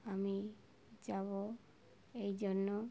আমি যাব এই জন্য